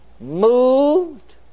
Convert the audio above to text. moved